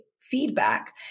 feedback